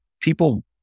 people